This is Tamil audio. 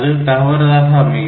அது தவறாக அமையும்